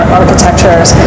architectures